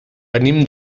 venim